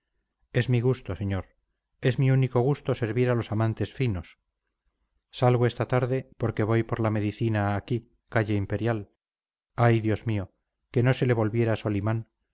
es mi gusto señor es mi único gusto servir a los amantes finos salgo esta tarde porque voy por la medicina aquí calle imperial ay dios mío que no se le volviera solimán